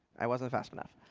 i wasn't fast enough.